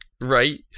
Right